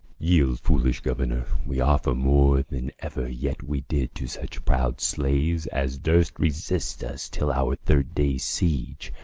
yield, foolish governor we offer more than ever yet we did to such proud slaves as durst resist us till our third day's siege.